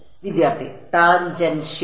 വിദ്യാർത്ഥി ടാൻജൻഷ്യൽ